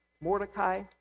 Mordecai